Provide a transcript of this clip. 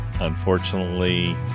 Unfortunately